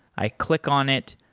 i click on it,